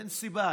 אין סיבה.